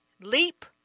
leap